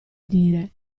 dire